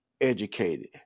educated